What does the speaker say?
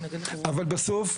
אבל בסוף,